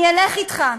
אני אלך אתך.